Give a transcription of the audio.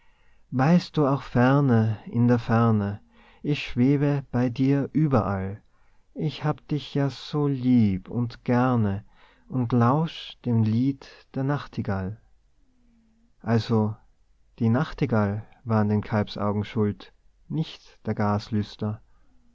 weilst du auch ferne in der ferne ich schwebe bei dir überall ich hab dich ja so lieb und gerne und lausch dem lied der nachtigall also die nachtigall war an den kalbsaugen schuld nicht der